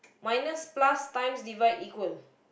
minus plus times divide equal